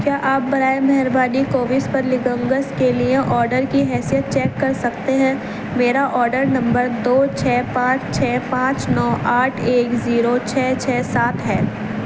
کیا آپ برائے مہربانی کووس پر لیٹنگس کے لیے آڈر کی حیثیت چیک کر سکتے ہیں میرا آڈر نمبر دو چھ پانچ چھ پانچ نو آٹھ ایک زیرو چھ چھ سات ہے